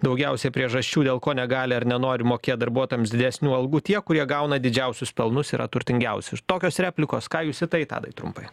daugiausiai priežasčių dėl ko negali ar nenori mokėt darbuotojams didesnių algų tie kurie gauna didžiausius pelnus yra turtingiausi tokios replikos ką jūs į tai tadai trumpai